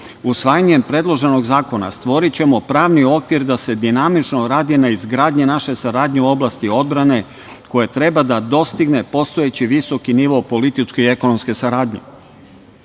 predloženog zakona stvorićemo pravni okvir da se dinamično radi na izgradnji naše saradnje u oblasti odbrane, koja treba da dostigne postojeći visoki nivo političke i ekonomske saradnje. Sporazum